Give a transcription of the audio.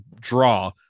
draw